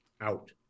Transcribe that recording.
out